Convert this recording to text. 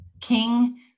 King